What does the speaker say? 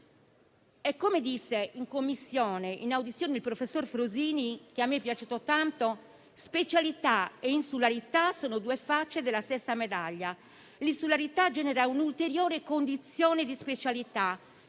Come dichiarò in Commissione in sede di audizione il professor Frosini, che a me è piaciuto tanto, specialità e insularità sono due facce della stessa medaglia. L'insularità genera un'ulteriore condizione di specialità,